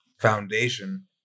foundation